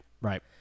right